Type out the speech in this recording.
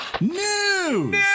News